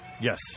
Yes